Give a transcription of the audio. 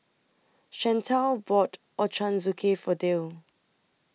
Chantel bought Ochazuke For Dale